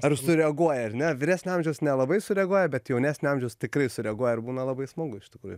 ar sureaguoja ar ne vyresnio amžiaus nelabai sureaguoja bet jaunesnio amžiaus tikrai sureaguoja ir būna labai smagu iš tikrųjų